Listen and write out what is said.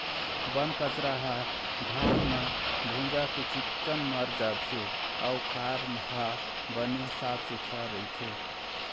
बन कचरा ह घाम म भूंजा के चिक्कन मर जाथे अउ खार ह बने साफ सुथरा रहिथे